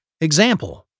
Example